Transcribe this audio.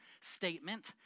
statement